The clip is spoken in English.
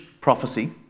prophecy